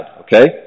Okay